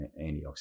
antioxidant